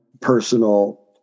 personal